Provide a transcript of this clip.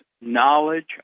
knowledge